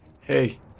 Hey